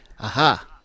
Aha